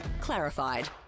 Clarified